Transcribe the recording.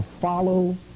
follow